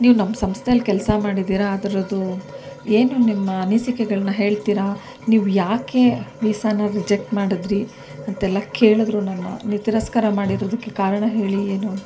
ನೀವು ನಮ್ಮ ಸಂಸ್ಥೆಲಿ ಕೆಲಸ ಮಾಡಿದ್ದೀರ ಅದರದ್ದು ಏನು ನಿಮ್ಮ ಅನಿಸಿಕೆಗಳನ್ನ ಹೇಳ್ತೀರಾ ನೀವು ಯಾಕೆ ವೀಸಾನ ರಿಜೆಕ್ಟ್ ಮಾಡಿದ್ರಿ ಅಂತೆಲ್ಲ ಕೇಳಿದ್ರು ನನ್ನ ನೀವು ತಿರಸ್ಕಾರ ಮಾಡಿರೋದಕ್ಕೆ ಕಾರಣ ಹೇಳಿ ಏನು ಅಂತ